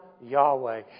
Yahweh